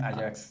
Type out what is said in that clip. Ajax